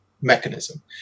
mechanism